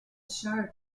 shire